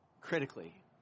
critically